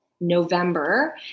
November